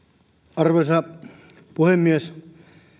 arvoisa puhemies